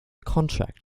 contract